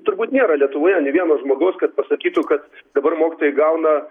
turbūt nėra lietuvoje nė vieno žmogaus kad pasakytų kad dabar mokytojai gauna